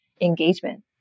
engagement